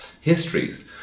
histories